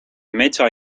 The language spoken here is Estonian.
metsa